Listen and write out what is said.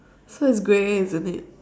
so it's grey isn't it